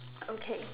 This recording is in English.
okay